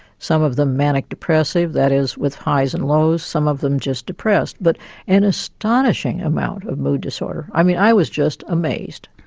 some of them manic depressive, that is with highs and lows, some of them just depressed. but an astonishing amount of mood disorder. i mean i was just amazed,